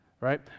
right